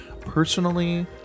Personally